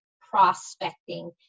prospecting